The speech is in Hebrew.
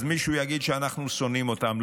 אז מישהו יגיד שאנחנו שונאים אותם.